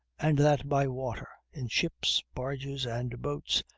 and that by water in ships, barges, and boats,